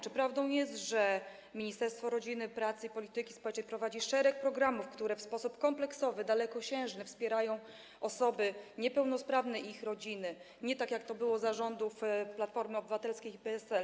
Czy prawdą jest, że Ministerstwo Rodziny, Pracy i Polityki Społecznej prowadzi szereg programów, które w sposób kompleksowy, dalekosiężny wspierają osoby niepełnosprawne i ich rodziny, nie tak jak to było za rządów Platformy Obywatelskiej i PSL?